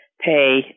pay